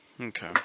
Okay